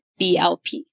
BLP